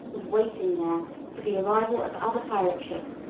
was waiting there for the arrival of other pirate ships,